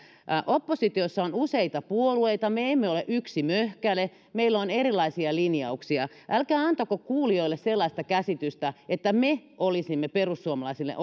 oppositiossa on useita puolueita me emme ole yksi möhkäle meillä on erilaisia linjauksia älkää antako kuulijoille sellaista käsitystä että me olisimme perussuomalaisina